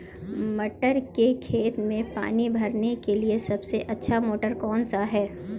मटर के खेत में पानी भरने के लिए सबसे अच्छा मोटर कौन सा है?